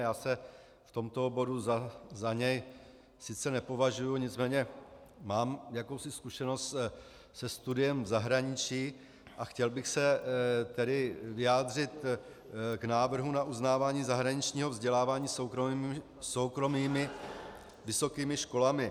Já se v tomto oboru za něj sice nepovažuji, nicméně mám jakousi zkušenosti se studiem v zahraničí, a chtěl bych se tedy vyjádřit k návrhu na uznávání zahraničního vzdělávání soukromými vysokými školami.